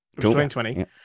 2020